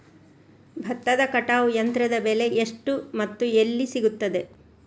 ಭತ್ತದ ಕಟಾವು ಯಂತ್ರದ ಬೆಲೆ ಎಷ್ಟು ಮತ್ತು ಎಲ್ಲಿ ಸಿಗುತ್ತದೆ?